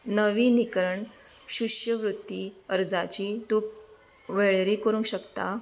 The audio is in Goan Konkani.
नविनीकरण शिश्यवृत्ती अर्जाची तूं वळेरी करूंक शकता